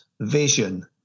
vision